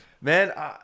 Man